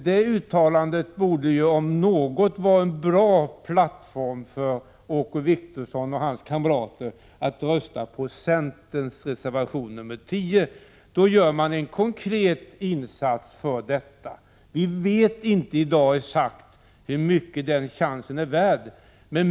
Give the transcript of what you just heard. Det uttalandet borde om något vara en bra plattform att stå på för Åke Wictorsson och hans kamrater om de röstar på centerns reservation 10. Då gör de en konkret insats. Vi vet inte i dag exakt hur mycket den chansen är värd.